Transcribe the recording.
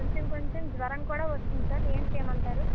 కొంచెం కొంచెం జ్వరం కూడా వస్తుంది సార్ ఏమి చేయమంటారు